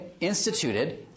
instituted